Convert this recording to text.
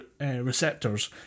receptors